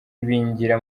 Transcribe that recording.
ibingira